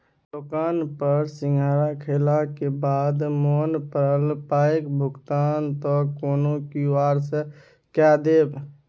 दोकान पर सिंघाड़ा खेलाक बाद मोन पड़ल पायक भुगतान त कोनो क्यु.आर सँ कए देब